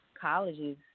colleges